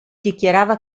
dichiarava